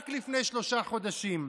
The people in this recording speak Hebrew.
רק לפני שלושה חודשים.